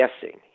guessing